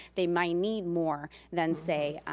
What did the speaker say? they might need more than, say,